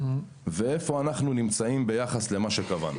רואים איפה אנחנו נמצאים ביחס למה שקבענו.